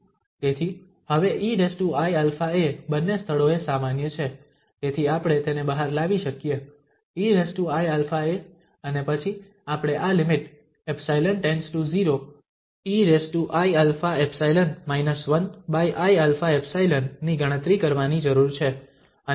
તેથી હવે eiαa બંને સ્થળોએ સામાન્ય છે તેથી આપણે તેને બહાર લાવી શકીએ eiαa અને પછી આપણે આ લિમિટ 𝜖→0 eiα𝜖 1iα𝜖 ની ગણતરી કરવાની જરૂર છે